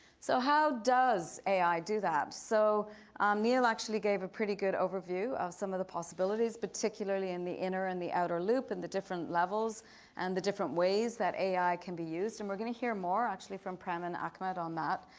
so how does ai do that? so neil actually gave a pretty good overview of some of the possibilities particularly in the inner and the outer loop and the different levels and the different ways that ai can be used and we're going to hear more actually from pam and akhmed on that.